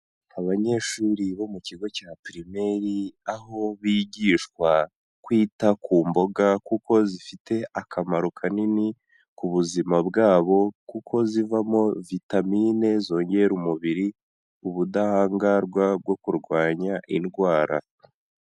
Abanyeshuri bo mu kigo cya pirimeri, aho bigishwa kwita ku mboga kuko zifite akamaro kanini ku buzima bwabo, kuko zivamo vitamine zongera umubiri ubudahangarwa bwo kurwanya indwara.